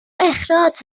اخراج